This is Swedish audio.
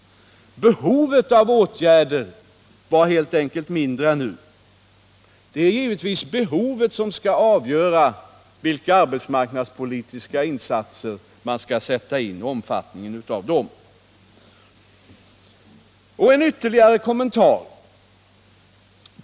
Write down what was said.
Behovet av åtgärder var mindre än nu. Det är givetvis behovet som skall avgöra vilka arbetsmarknadspolitiska insatser som skall sättas in och omfattningen av dem. Ytterligare en kommentar.